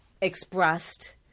expressed